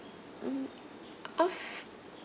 hmm af~